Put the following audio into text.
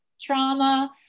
trauma